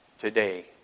today